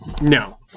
No